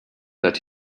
that